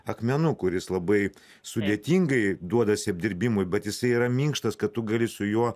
akmenų kuris labai sudėtingai duodasi apdirbimui bet jisai yra minkštas kad tu gali su juo